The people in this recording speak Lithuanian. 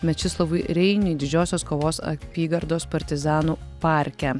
mečislovui reiniui didžiosios kovos apygardos partizanų parke